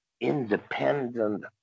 independent